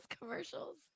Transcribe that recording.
commercials